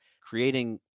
creating